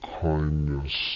kindness